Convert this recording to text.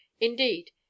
Indeed